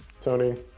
Tony